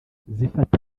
zifata